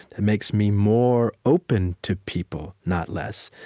that makes me more open to people, not less,